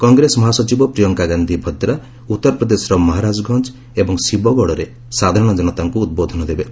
କଂଗ୍ରେସ ମହାସଚିବ ପ୍ରିୟଙ୍କା ଗାନ୍ଧି ଭଦ୍ରା ଉତ୍ତରପ୍ରଦେଶର ମହାରାଜଗଞ୍ଜ ଏବଂ ଶିବଗଡ଼ରେ ସାଧାରଣ ଜନତାଙ୍କୁ ଉଦ୍ବୋଧନ ଦେବେ